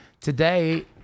today